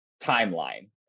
timeline